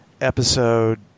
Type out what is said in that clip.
episode